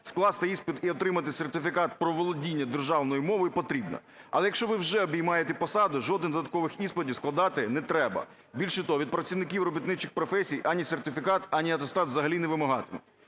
скласти іспит і отримати сертифікат про володіння державною мовою потрібно. Але якщо ви вже обіймаєте посаду, жодних додаткових іспитів складати не треба. Більше того, від працівників робітничих професій ані сертифікат, ані атестат взагалі не вимагатимуть.